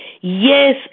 Yes